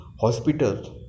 hospitals